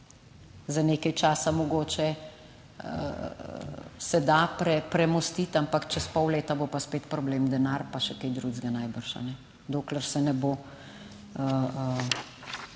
Za nekaj časa, mogoče, se da premostiti, ampak čez pol leta bo pa spet problem denar, pa še kaj drugega najbrž, dokler se ne bo